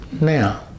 now